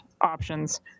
options